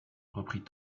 reprit